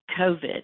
COVID